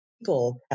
people